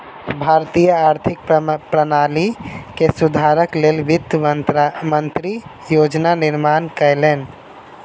भारतीय आर्थिक प्रणाली के सुधारक लेल वित्त मंत्री योजना निर्माण कयलैन